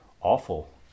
awful